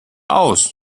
aus